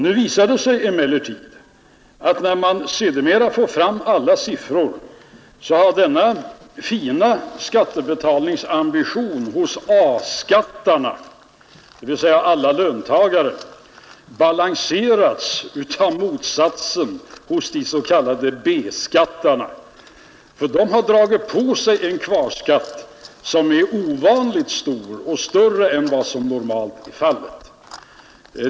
Nu visar det sig emellertid när man sedermera får fram alla siffror att denna fina skattebetalningsambition hos A-skattarna, dvs. alla löntagare, har balanserats av motsatsen hos de s.k. B-skattarna. De har nämligen dragit på sig en kvarskatt som är ovanligt stor — och större än vad som normalt är fallet.